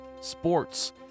sports